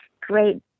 great